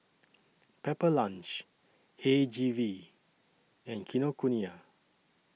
Pepper Lunch A G V and Kinokuniya